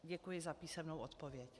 Děkuji za písemnou odpověď.